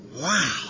Wow